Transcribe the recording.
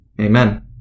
Amen